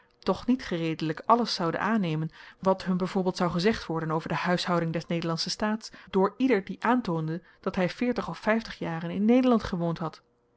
toch niet gereedelyk alles zouden aannemen wat hun by voorbeeld zou gezegd worden over de huishouding des nederlandschen staats door ieder die aantoonde dat hy veertig of vyftig jaren in nederland gewoond had